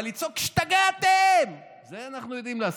אבל לצעוק 'שתגעתם, את זה אנחנו יודעים לעשות.